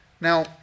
now